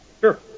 Sure